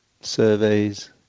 surveys